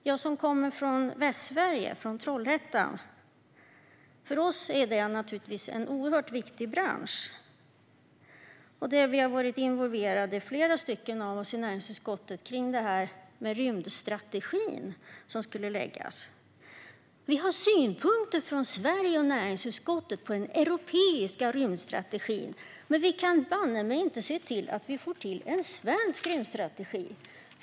Jag kommer från Trollhättan i Västsverige, och för oss är detta en oerhört viktig bransch. Flera av oss i näringsutskottet har varit involverade i den rymdstrategi som skulle läggas fram. Vi har synpunkter från Sverige och näringsutskottet på den europeiska rymdstrategin, men vi kan banne mig inte se till att vi får till en svensk rymdstrategi.